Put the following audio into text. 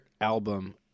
album